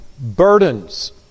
burdens